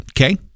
okay